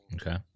Okay